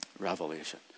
Revelation